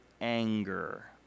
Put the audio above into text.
Anger